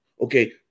Okay